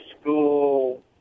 School